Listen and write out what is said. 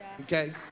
okay